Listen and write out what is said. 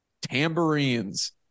tambourines